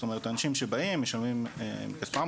זאת אומרת אנשים שבאים משלמים על ההכשרה,